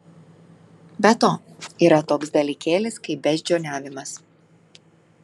be to yra toks dalykėlis kaip beždžioniavimas